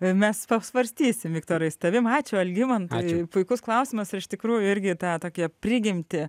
mes svarstysim viktorai su tavim ačiū algimantui puikus klausimas ir iš tikrųjų irgi tą tokią prigimtį